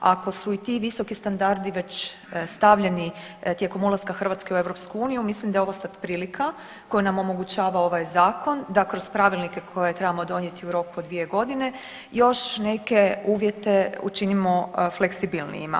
Ako su i ti visoki standardi već stavljeni tijekom ulaska Hrvatske u EU mislim da je ovo sad prilika koju nam omogućava ovaj zakon da kroz pravilnike koje trebamo donijeti u roku od 2 godine još neke uvjete učinimo fleksibilnijima.